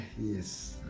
Yes